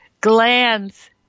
glands